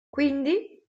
quindi